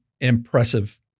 impressive